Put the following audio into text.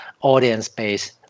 audience-based